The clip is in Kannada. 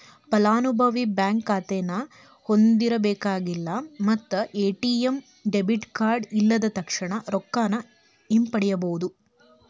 ಫಲಾನುಭವಿ ಬ್ಯಾಂಕ್ ಖಾತೆನ ಹೊಂದಿರಬೇಕಾಗಿಲ್ಲ ಮತ್ತ ಎ.ಟಿ.ಎಂ ಡೆಬಿಟ್ ಕಾರ್ಡ್ ಇಲ್ಲದ ತಕ್ಷಣಾ ರೊಕ್ಕಾನ ಹಿಂಪಡಿಬೋದ್